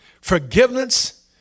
Forgiveness